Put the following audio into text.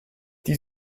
die